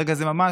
ברגע זה ממש,